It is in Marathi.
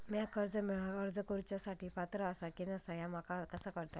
म्या कर्जा मेळाक अर्ज करुच्या साठी पात्र आसा की नसा ह्या माका कसा कळतल?